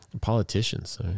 politicians